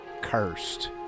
cursed